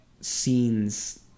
scenes